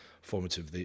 formative